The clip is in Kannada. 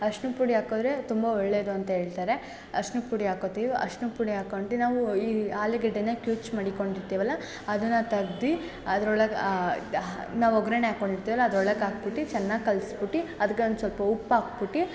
ಅರ್ಶ್ಣದ ಪುಡಿ ಹಾಕುದ್ರೆ ಅದು ತುಂಬ ಒಳ್ಳೆಯದು ಅಂತ ಹೇಳ್ತಾರೆ ಅರ್ಶ್ಣದ ಪುಡಿ ಹಾಕ್ಕೋತೀವ್ ಅರ್ಶ್ಣದ ಪುಡಿ ಹಾಕೊಂಡಿ ನಾವು ಈ ಆಲುಗಡ್ಡೇನ ಕಿವ್ಚಿ ಮಡಿಕೊಂಡಿರ್ತೇವಲ ಅದನ್ನು ತೆಗ್ದಿ ಅದ್ರೊಳಗೆ ನಾವು ಒಗ್ಗರ್ಣೆ ಹಾಕ್ಕೊಂಡಿರ್ತೇವಲ ಅದ್ರೊಳಗೆ ಹಾಕ್ಬಿಟ್ಟಿ ಚೆನ್ನಾಗಿ ಕಲ್ಸ್ಬಿಟ್ಟಿ ಅದಕ್ಕೆ ಒಂದು ಸ್ವಲ್ಪ ಉಪ್ಪು ಹಾಕ್ಬುಟ್ಟಿ